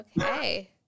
Okay